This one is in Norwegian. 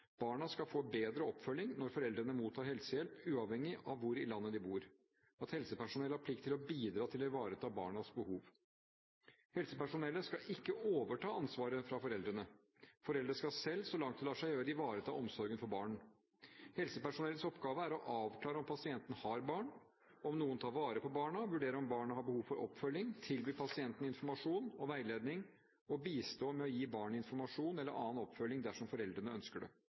Barna skal få bedre oppfølging når foreldrene mottar helsehjelp, uavhengig av hvor i landet de bor. Alt helsepersonell har plikt til å bidra til å ivareta barnas behov. Helsepersonellet skal ikke overta ansvaret fra foreldrene. Foreldre skal selv, så langt det lar seg gjøre, ivareta omsorgen for barn. Helsepersonellets oppgaver er å avklare om pasienten har barn, om noen tar vare på barna, vurdere om barna har behov for oppfølging, tilby pasienten informasjon og veiledning og bistå med å gi barnet informasjon eller annen oppfølging dersom foreldrene ønsker det.